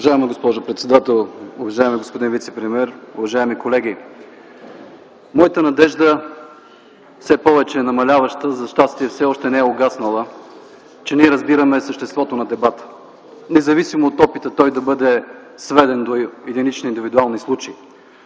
Уважаема госпожо председател, уважаеми господин вицепремиер, уважаеми колеги! Моята надежда е все повече намаляваща, но за щастие все още не е угаснала, че ние разбираме съществото на дебата, независимо от опита той да бъде сведен до единични индивидуални случаи.